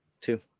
Two